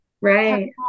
right